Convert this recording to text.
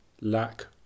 lack